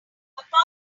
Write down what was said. arrival